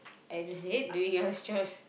I hate doing all those chores